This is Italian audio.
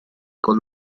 con